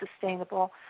sustainable